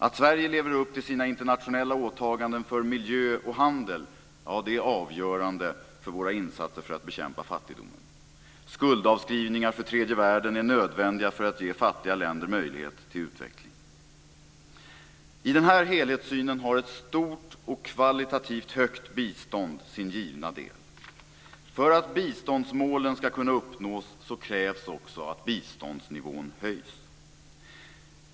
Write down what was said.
Att Sverige lever upp till sina internationella åtaganden för miljö och handel - ja, det är avgörande för våra insatser för att bekämpa fattigdomen. Skuldavskrivningar för tredje världen är nödvändiga för att ge fattiga länder möjlighet till utveckling. I denna helhetssyn har ett stort och kvalitativt högt bistånd sin givna del. För att biståndsmålen ska kunna uppnås krävs också att biståndsnivån höjs.